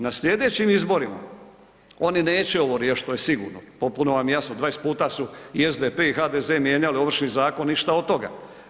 Na slijedećim izborima oni neće ovo riješiti to je sigurno, potpuno vam je jasno, 20 puta su i SDP i HDZ mijenjali Ovršni zakon ništa od toga.